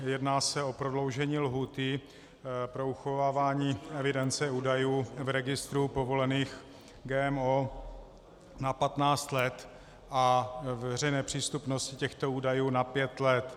Jedná se o prodloužení lhůty pro uchovávání evidence údajů v registru povolených GMO na 15 let a veřejné přístupnosti těchto údajů na 5 let.